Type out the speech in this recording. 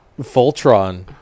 Voltron